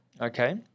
okay